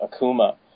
akuma